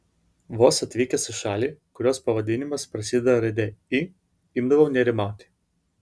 vos atvykęs į šalį kurios pavadinimas prasideda raide i imdavau nerimauti